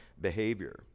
behavior